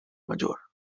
major